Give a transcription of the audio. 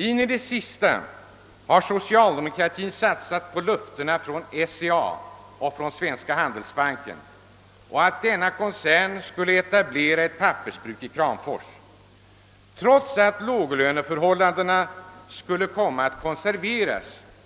In i det sista har socialdemokratin satsat på löftena från SCA och från Svenska handelsbanken att koncernen skulle etablera ett pappersbruk i Kramfors — trots att låglöneförhållandena då skulle komma att konserveras